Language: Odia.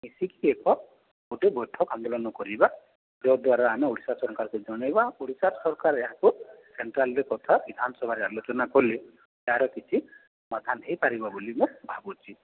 ମିଶିକି ଏକ ଗୋଟେ ବୈଠକ ଆନ୍ଦୋଳନ କରିବା ଯଦ୍ଵାରା ଆମେ ଓଡ଼ିଶା ସରକାରକୁ ଜଣାଇବା ଓଡ଼ିଶା ସରକାର ଏହାକୁ ସେଣ୍ଟ୍ରାଲ୍ ରେ କଥା ବିଧାନ ସଭାରେ ଆଲୋଚନା କଲେ ଏହାର କିଛି ସମାଧାନ ହେଇପାରିବ ବୋଲି ମୁଁ ଭାବୁଛି